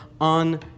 on